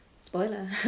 spoiler